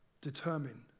Determine